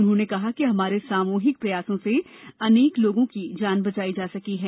उन्होंने कहा कि हमारे सामूहिक प्रयासों से अनेक लोगों की जान बचाई जा सकी है